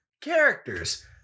characters